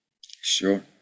Sure